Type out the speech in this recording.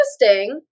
interesting